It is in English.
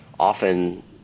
often